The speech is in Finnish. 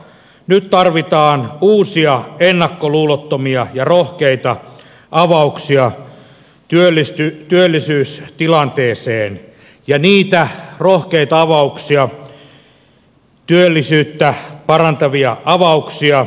nyt tarvitaan uusia ennakkoluulottomia ja rohkeita avauksia työllisyystilanteeseen ja niitä rohkeita avauksia työllisyyttä parantavia avauksia vaihtoehtobudjetistamme löytyy